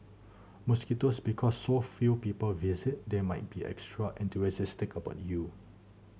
mosquitoes because so few people visit they might be extra enthusiastic about you